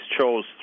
chose